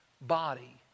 body